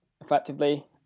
effectively